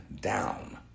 down